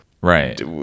right